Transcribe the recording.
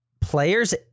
players